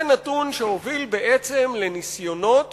זה נתון שהוביל בעצם לניסיונות